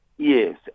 Yes